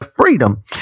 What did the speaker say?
freedom